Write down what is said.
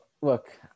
look